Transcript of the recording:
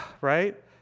right